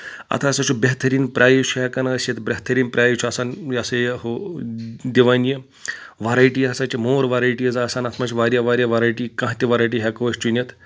اَتھ ہَسا چھُ بہتریٖن پرایز چھُ ہؠکَان ٲسِتھ بہتریٖن پرٛایز چھُ آسان یہِ سا یہِ ہُہ دِوان یہِ وَرایٹی ہَسا چھِ مور وَرایٹیٖز آسان اَتھ منٛز چھِ واریاہ واریاہ ویرایٹی کانٛہہ تہِ وَرایٹی ہؠکو أسۍ چھُنِتھ